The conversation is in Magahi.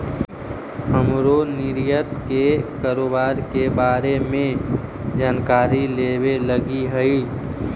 हमरो निर्यात के कारोबार के बारे में जानकारी लेबे लागी हई